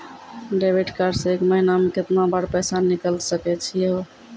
Debit card से एक महीना मा केतना बार पैसा निकल सकै छि हो?